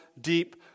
deep